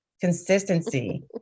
Consistency